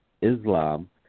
Islam